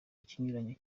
ikinyuranyo